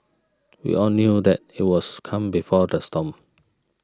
we all knew that it was calm before the storm